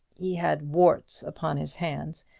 he had warts upon his hands,